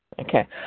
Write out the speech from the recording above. Okay